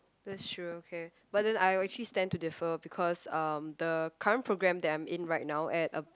that's true okay but then I'll actually stand to differ because um the current program that I'm in right now at a